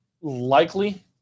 likely